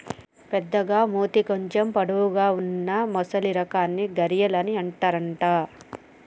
పెద్దగ మూతి కొంచెం పొడవు వున్నా మొసలి రకాన్ని గరియాల్ అని అంటారట